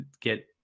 get